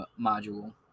module